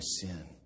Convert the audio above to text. sin